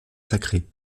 sacré